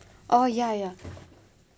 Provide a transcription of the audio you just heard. oh ya ya